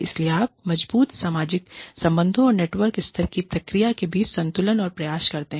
इसलिए आप मजबूत सामाजिक संबंधों और नेटवर्क स्तर की प्रक्रिया के बीच संतुलन और प्रयास करते हैं